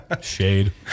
Shade